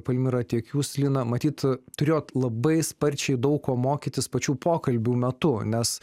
palmira tiek jūs lina matyt turėjot labai sparčiai daug ko mokytis pačių pokalbių metu nes